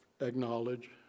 acknowledge